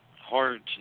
hard